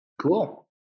Cool